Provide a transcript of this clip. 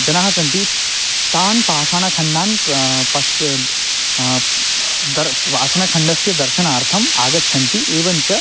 जनाः सन्ति तान् पाषाणखण्डान् पश्य दर् पाषाणखण्डस्य दर्शनार्थम् आगच्छन्ति एवं च